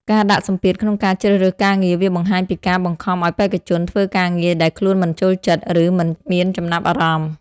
ការដាក់សម្ពាធក្នុងការជ្រើសរើសការងារវាបង្ហាញពីការបង្ខំឲ្យបេក្ខជនធ្វើការងារដែលខ្លួនមិនចូលចិត្ត ឬមិនមានចំណាប់អារម្មណ៍។